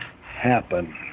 happen